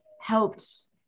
helps